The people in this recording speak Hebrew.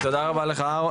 תודה רבה לך.